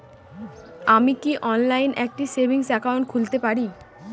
আমি কি অনলাইন একটি সেভিংস একাউন্ট খুলতে পারি?